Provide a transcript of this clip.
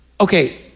okay